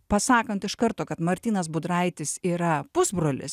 pasakant iš karto kad martynas budraitis yra pusbrolis